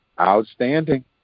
outstanding